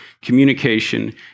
communication